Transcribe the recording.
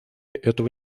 этого